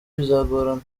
bizagorana